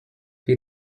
wir